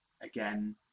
again